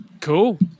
cool